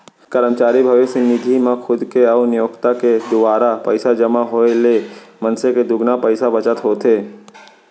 करमचारी भविस्य निधि म खुद के अउ नियोक्ता के दुवारा पइसा जमा होए ले मनसे के दुगुना पइसा बचत होथे